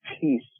peace